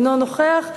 אינו נוכח.